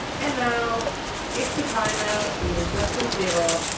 and now if the timer is less than zero,